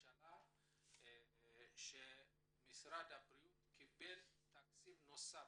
הממשלתית שמשרד הבריאות קיבל תקציב נוסף,